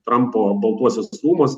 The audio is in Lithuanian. trampo baltuosius rūmus